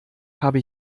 habe